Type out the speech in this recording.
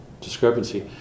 discrepancy